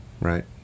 right